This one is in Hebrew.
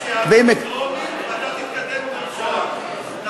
אז שיעבירו בטרומית, ואתה תתקדם עם הממשלה.